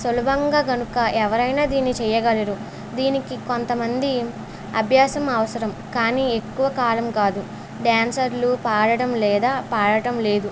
సులభంగా కనుక ఎవరైనా దీన్ని చేయగలరు దీనికి కొంతమంది అభ్యాసం అవసరం కానీ ఎక్కువ కాలం కాదు డ్యాన్సర్లు పాడడం లేదా పాడటం లేదు